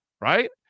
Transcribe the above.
right